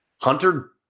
Hunter